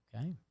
Okay